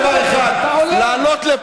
אני רק אומר דבר אחד: לעלות לפה,